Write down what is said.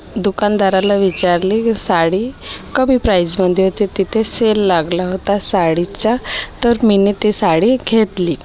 दुकानदाराला विचारले साडी कमी प्राईजमध्ये होती तिथे सेल लागला होता साडीचा तर मिनी ती साडी घेतली